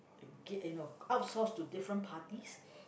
get you know outsource to different parties